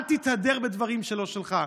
אל תתהדר בדברים שלא שלך.